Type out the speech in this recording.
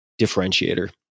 differentiator